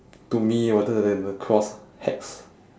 to me wanted to have a cross hex